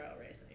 racing